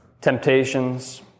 temptations